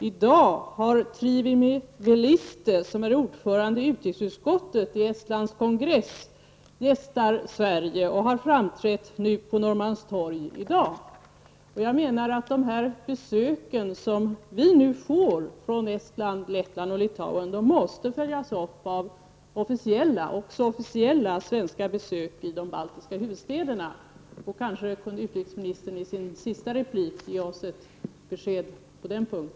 I dag gästar ordföranden i utrikesutskottet i Estlands kongress Sverige och har framträtt på Norrmalmstorg. Dessa besök som vi nu får från Estland, Lettland och Litauen måste följas upp av officiella svenska besök i de baltiska huvudstäderna. Kanske kan utrikesministern i sin sista replik ge oss ett besked på denna punkt.